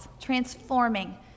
Transforming